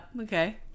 okay